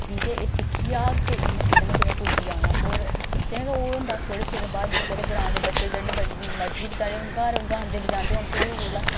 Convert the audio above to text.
की जे एह् सिक्खी जाह्ग ते इन्नै कुदै ना कुदै पुज्जी जाना होर सच्चें गै ओह् होंदा थोह्ड़े चिर बाद दिक्खो ते ग्रांऽ दे बच्चे जे मर्जी बेचारे घर गांदे बजांदे होन शुरू कोला